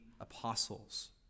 apostles